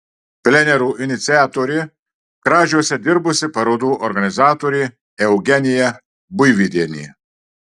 plenerų iniciatorė kražiuose dirbusi parodų organizatorė eugenija buivydienė